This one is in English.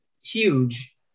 huge